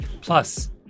Plus